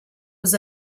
was